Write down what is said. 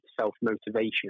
self-motivation